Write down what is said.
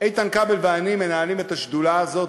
איתן כבל ואני מנהלים את השדולה הזאת